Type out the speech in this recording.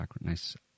nice